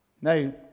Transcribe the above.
Now